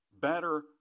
better